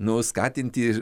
nu skatinti